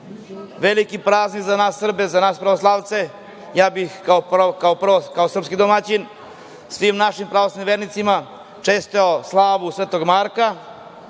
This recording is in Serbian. veliki praznik za nas Srbe, za nas pravoslavce. Ja bih kao prvo, kao srpski domaćin svim našim pravoslavnim vernicima čestitao slavu Svetog